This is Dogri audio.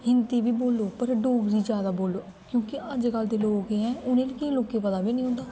हिन्दी बी बोलो पर डोगरी जैदा बोलो क्योंकि अजकल्ल दे लोग ऐं उ'नें गी केईं लोकें गी पता बी निं होंदा